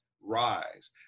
rise